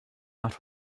out